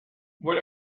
why